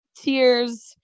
tears